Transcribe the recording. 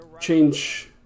change